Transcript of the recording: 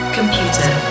Computer